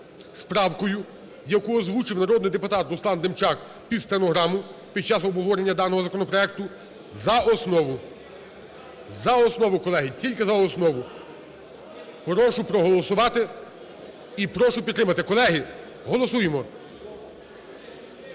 правкою, яку озвучив народний депутат Руслан Демчак під стенограму під час обговорення даного законопроекту за основу. За основу, колеги, тільки за основу. Прошу проголосувати і прошу підтримати. Колеги, голосуємо.